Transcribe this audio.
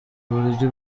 uburyo